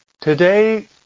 Today